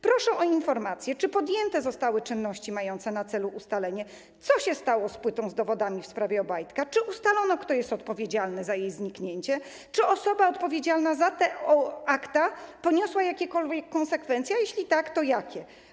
Proszę o informację, czy podjęte zostały czynności mające na celu ustalenie, co się stało z płytą z dowodami w sprawie Obajtka, czy ustalono, kto jest odpowiedzialny za jej zniknięcie, czy osoba odpowiedzialna za te akta poniosła jakiekolwiek konsekwencje, a jeśli tak, to jakie.